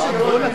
אני לא יודע.